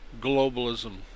globalism